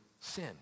sin